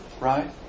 right